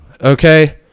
okay